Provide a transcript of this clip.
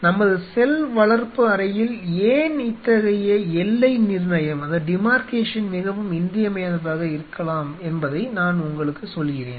நமது செல் வளர்ப்பு அறையில் ஏன் இத்தகைய எல்லை நிர்ணயம் மிகவும் இன்றியமையாததாக இருக்கலாம் என்பதை நான் உங்களுக்கு சொல்கிறேன்